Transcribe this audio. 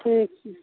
ठीक छै